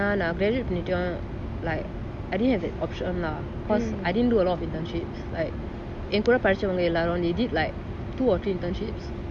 ஆனா:aana graduate பண்ணிட்டான்:panitan like I didn't have that option lah cause I didn't do a lot of internships like ஏன் கூட படிச்சவங்களாம்:yean kuda padichavangalam they did like two or three internships